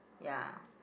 ya